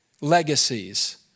legacies